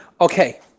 Okay